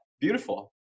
Beautiful